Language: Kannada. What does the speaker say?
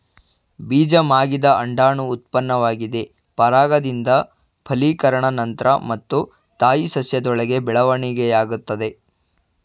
ಬೀಜ ಮಾಗಿದ ಅಂಡಾಣು ಉತ್ಪನ್ನವಾಗಿದೆ ಪರಾಗದಿಂದ ಫಲೀಕರಣ ನಂತ್ರ ಮತ್ತು ತಾಯಿ ಸಸ್ಯದೊಳಗೆ ಬೆಳವಣಿಗೆಯಾಗ್ತದೆ